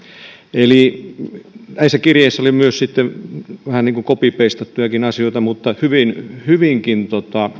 eli näissä kirjeissä oli myös vähän niin kuin copypeistattujakin asioita mutta hyvinkin